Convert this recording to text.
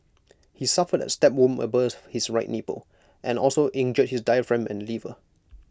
he suffered A stab wound above his right nipple and also injured his diaphragm and liver